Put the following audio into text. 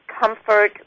comfort